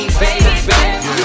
baby